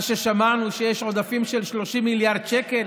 מה ששמענו שיש עודפים של 30 מיליארד שקל,